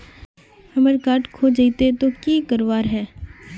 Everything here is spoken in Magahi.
हमार कार्ड खोजेई तो की करवार है?